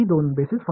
எனவே என்ன நடக்கும்